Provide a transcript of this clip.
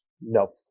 No